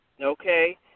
okay